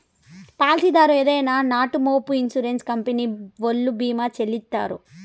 పాలసీదారు ఏదైనా నట్పూమొ ఇన్సూరెన్స్ కంపెనీ ఓల్లు భీమా చెల్లిత్తారు